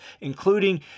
including